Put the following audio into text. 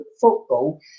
football